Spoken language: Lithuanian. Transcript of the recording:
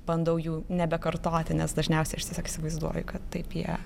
bandau jų nebekartoti nes dažniausiai aš tiesiog įsivaizduoju kad taip jie